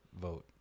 vote